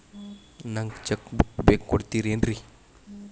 ನಂಗ cheque book ಬೇಕು ಕೊಡ್ತಿರೇನ್ರಿ?